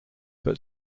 but